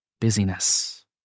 Busyness